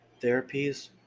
therapies